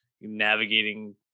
navigating